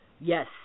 Yes